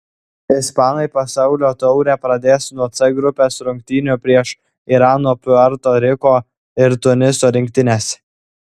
ispanai pasaulio taurę pradės nuo c grupės rungtynių prieš irano puerto riko ir tuniso rinktines